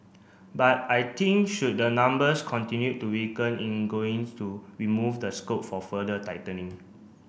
but I think should the numbers continue to weaken in going to remove the scope for further tightening